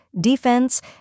defense